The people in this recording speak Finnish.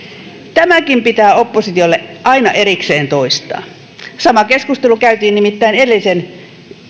tämäkin pitää oppositiolle aina erikseen toistaa sama keskustelu käytiin nimittäin edellisen